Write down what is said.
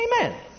Amen